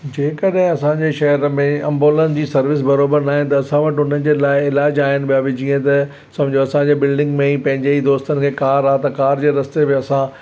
जेकॾहिं असांजे शहर में ऐंबुलेंस जी सर्विस बराबरि न आहे त असां वटि उन्हनि जे लाइ इलाजु आहिनि ॿिया बि जीअं त सम्झो असांजे बिल्डिंग में ई पंहिंजे ई दोस्तनि खे कार आहे त कार जे रस्ते बि असां